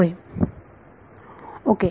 होय ओके